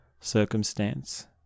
circumstance